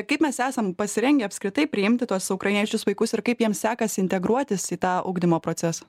kaip mes esam pasirengę apskritai priimti tuos ukrainiečius vaikus ir kaip jiems sekasi integruotis į tą ugdymo procesą